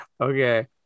Okay